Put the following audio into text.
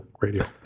Radio